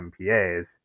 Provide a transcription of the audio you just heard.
MPAs